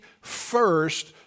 first